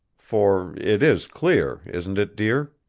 for it is clear, isn't it, dear?